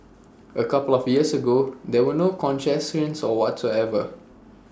A couple laugh years ago there were no concessions whatsoever